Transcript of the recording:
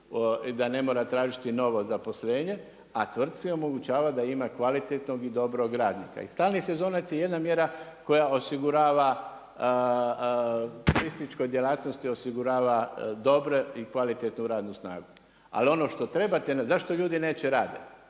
da ne mora tražiti novo zaposlenje, a tvrtci omogućava da ima kvalitetnog i dobrog radnika. I stalni sezonac je jedna mjera koja osigurava, turističkoj djelatnosti osigurava dobre i kvalitetnu radnu snagu. Ali ono što trebate, zašto ljudi neće radit?